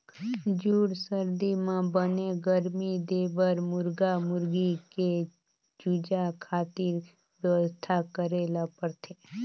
जूड़ सरदी म बने गरमी देबर मुरगा मुरगी के चूजा खातिर बेवस्था करे ल परथे